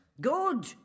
Good